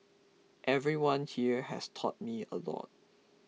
everyone here has taught me a lot